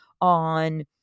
on